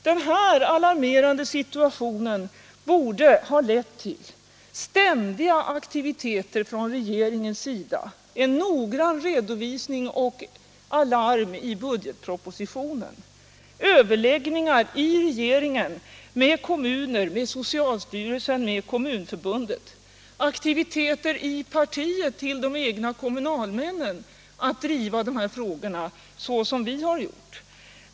Den här alarmerande situationen borde ha lett till ständiga aktiviteter från regeringens sida; en noggrann redovisning och alarm i budgetpropositionen; överläggningar i regeringen, med kommuner, med socialstyrelsen, med Kommunförbundet; aktiviteter i partierna riktade till de egna kommunalmännen för att dessa skall driva de här frågorna så som vi socialdemokrater har gjort.